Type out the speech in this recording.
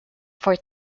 for